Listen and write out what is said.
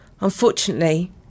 Unfortunately